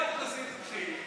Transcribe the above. אליהו חסיד התחיל.